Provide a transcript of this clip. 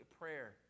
Prayer